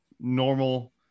normal